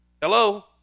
Hello